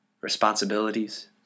responsibilities